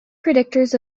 predictors